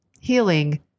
healing